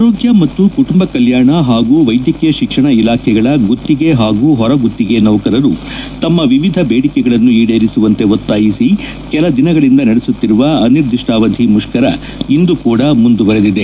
ಆರೋಗ್ಯ ಮತ್ತು ಕುಟುಂಬ ಕಲ್ಯಾಣ ಹಾಗೂ ವೈದ್ಯಕೀಯ ಶಿಕ್ಷಣ ಇಲಾಖೆಗಳ ಗುತ್ತಿಗೆ ಹಾಗೂ ಹೊರಗುತ್ತಿಗೆ ನೌಕರರು ತಮ್ಮ ವಿವಿಧ ಬೇಡಿಕೆಗಳನ್ನು ಈಡೇರಿಸುವಂತೆ ಒತ್ತಾಯಿಸಿ ಕೆಲದಿನಗಳಿಂದ ನಡೆಸುತ್ತಿರುವ ಅನಿರ್ದಿಷ್ಠಾವಧಿ ಮುಷ್ಕರ ಇಂದು ಕೂಡ ಮುಂದುವರಿದಿದೆ